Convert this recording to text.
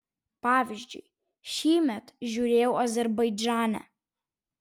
pavyzdžiui šįmet žiūrėjau azerbaidžane